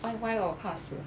why why 我怕死